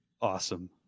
awesome